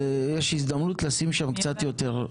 ויש הזדמנות לשים שם קצת יותר.